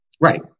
Right